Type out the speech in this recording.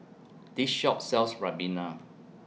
This Shop sells Ribena